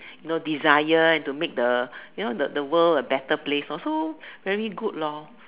you know desire and to make the you know the the world a better place orh also very good lor